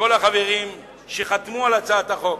לכל החברים שחתמו על הצעת החוק,